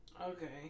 Okay